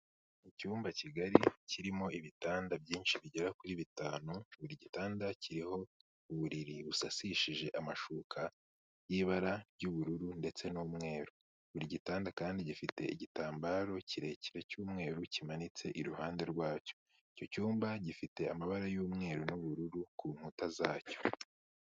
Icyumba kigari kirimo ibitanda byinshi bigera kuri bitanu, buri gitanda kiriho uburiri busasishije amashuka y'ibara ry'ubururu ndetse n'umweru, buri gitanda kandi gifite igitambaro kirekire cy'umweru kimanitse iruhande rwacyo, icyo cyumba gifite amabara y'umweru n'ubururu ku nkuta zacyo.